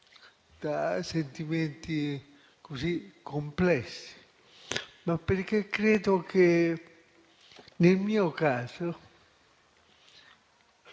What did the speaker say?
da sentimenti così complessi, ma perché nel mio caso